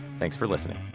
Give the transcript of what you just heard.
thanks for listening